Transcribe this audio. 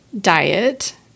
diet